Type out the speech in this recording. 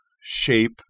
shape